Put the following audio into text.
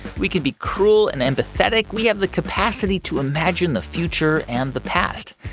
we can be cruel and empathetic. we have the capacity to imagine the future and the past.